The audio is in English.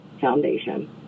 Foundation